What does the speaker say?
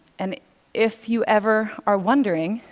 and if you ever are wondering,